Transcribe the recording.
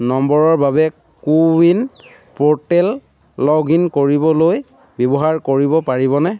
নম্বৰৰ বাবে কো ইন পৰ্টেলত লগ ইন কৰিবলৈ ব্যৱহাৰ কৰিব পাৰিবনে